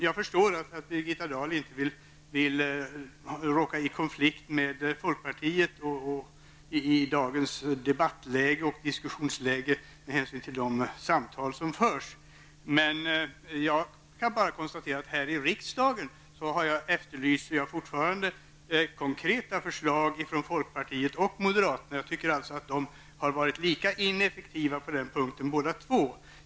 Jag förstår att Birgitta Dahl med hänsyn till de samtal som förs i dagens debattläge inte vill råka i konflikt med folkpartiet. Jag kan bara konstatera att jag här i riksdagen har efterlyst konkreta förslag från folkpartiet och moderaterna, och det gör jag fortfarande. Jag tycker att båda dessa partier har varit ineffektiva på den punkten.